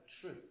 truth